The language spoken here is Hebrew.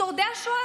שורדי השואה,